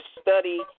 study